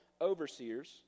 overseers